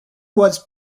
was